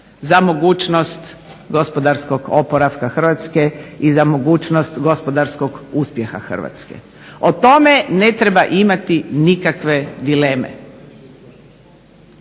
za mogućnost gospodarskog oporavka Hrvatske i za mogućnost gospodarskog uspjeha Hrvatske. O tome ne treba imati nikakve dileme.